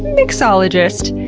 mixologist,